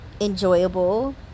enjoyable